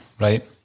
Right